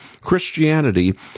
Christianity